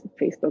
Facebook